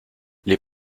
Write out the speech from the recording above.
les